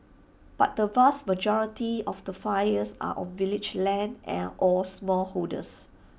but the vast majority of the fires are on village lands and or smallholders